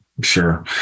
sure